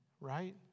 right